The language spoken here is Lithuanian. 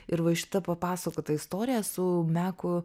ir va šita papasakota istorija su meku